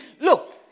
look